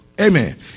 Amen